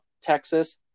Texas